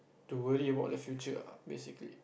to worry about the future ah basically